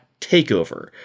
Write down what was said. TakeOver